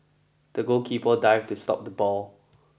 the goalkeeper dived to stop the ball